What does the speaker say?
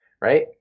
right